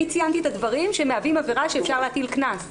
ציינתי את הדברים שמהווים עבירה שאפשר להטיל קנס עליהם,